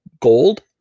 gold